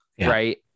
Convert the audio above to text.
right